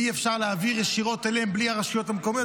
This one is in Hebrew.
ואי-אפשר להעביר ישירות אליהם בלי הרשויות המקומיות,